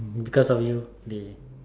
because of you they